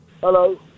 Hello